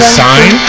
sign